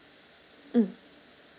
mm